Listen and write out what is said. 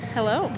Hello